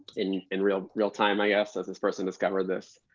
in in real real time, i guess, as this person discovered this.